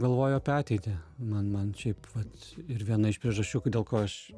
galvoju apie ateitį man man šiaip vat ir viena iš priežasčių dėl ko aš